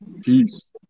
Peace